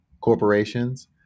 corporations